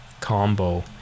combo